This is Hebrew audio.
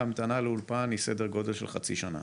ההמתנה לאולפן היא סדר גודל של חצי שנה,